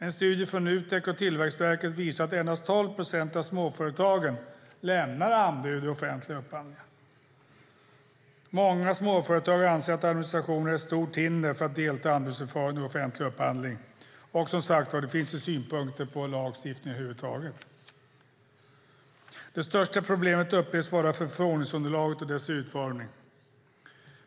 En studie från Nutek och Tillväxtverket visar att endast 12 procent av småföretagen lämnar anbud i offentliga upphandlingar. Många småföretagare anser att administrationen är ett stort hinder för att delta i anbudsförfarandet vid offentlig upphandling, och som sagt finns det synpunkter på lagstiftningen över huvud taget. Det största problemet upplevs vara förfrågningsunderlaget och dess utformning.